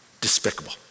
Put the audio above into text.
despicable